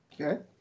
Okay